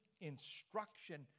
instruction